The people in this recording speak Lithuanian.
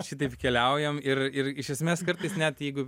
šitaip keliaujam ir ir iš esmės kartais net jeigu